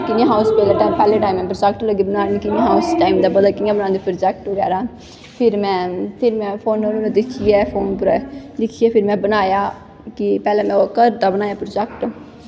कि पैह्लै time project दित्ता बनांनें गी नेंई हा पता उस टाईम कियां बनांदे प्रोजैक्ट बगैरा फिर में फोनैं पर दिक्खियै फोन पर दिक्खियै फिर में बनाया कि पैह्लैं में घर दा बनाया प्रोजैक्ट